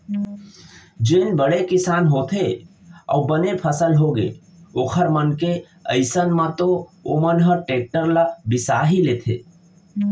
जेन बड़े किसान होथे अउ बने फसल होगे ओखर मन के अइसन म तो ओमन ह टेक्टर ल बिसा ही लेथे